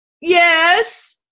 Yes